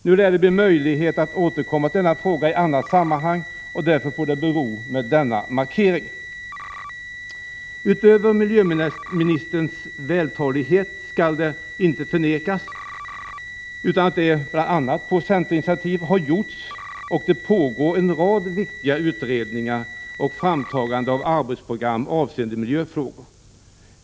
Det lär bli möjligt att återkomma till denna fråga i annat sammanhang, och därför får det bero med denna markering. Utöver miljöministerns vältalighet skall det inte förnekas att det bl.a. på centerinitiativ har gjorts och pågår en rad viktiga utredningar och ett framtagande av arbetsprogram avseende miljöfrågor.